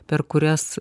per kurias